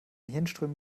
hirnströmen